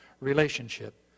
relationship